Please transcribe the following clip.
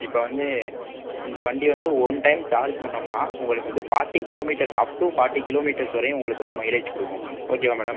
இப்போ வந்து இந்த வண்டி வந்து ஒன் டைம் சார்ஜ் பண்ணோம்ன்னா உங்களுக்கு வந்து forty kilometres up to forty kilometres வரையும் உங்களுக்கு வந்து மைலேஜ் கொடுக்கும் ஓகேவா மேடம்